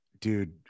Dude